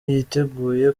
yiteguye